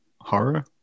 horror